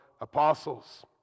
apostles